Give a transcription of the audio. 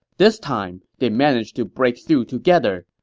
this time, they managed to break through together,